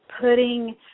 putting